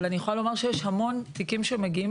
אבל אני יכולה לומר שיש המון תיקים שמגיעים